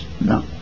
No